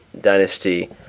dynasty